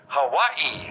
Hawaii